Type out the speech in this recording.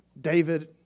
David